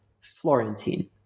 Florentine